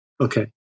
Okay